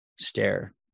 stare